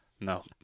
no